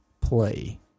play